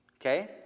Okay